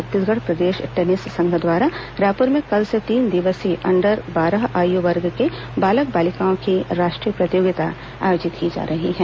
छत्तीसगढ़ प्रदेश टेनिस संघ द्वारा रायपुर में कल से तीन दिवसीय अंडर बारह आयु वर्ग के बालक बालिकाओं की राष्ट्रीय प्रतियोगिता आयोजित की जा रही है